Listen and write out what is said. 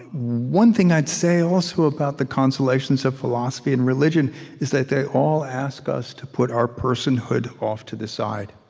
one thing i'd say, also, about the consolations of philosophy and religion is that they all ask us to put our personhood off to the side.